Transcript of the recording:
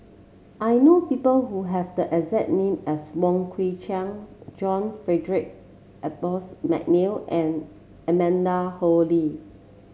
I know people who have the exact name as Wong Kwei Cheong John Frederick Adolphus McNair and Amanda Koe Lee